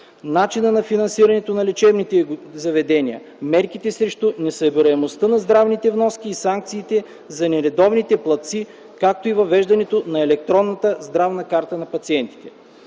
начина на финансиране на лечебните заведения, мерките срещу несъбираемостта на здравните вноски и санкциите за нередовните платци, както и въвеждането на електронната здравна карта на пациента.